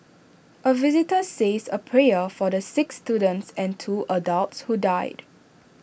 A visitor says A prayer for the six students and two adults who died